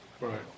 Right